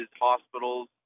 hospitals